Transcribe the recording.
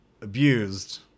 abused